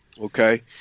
okay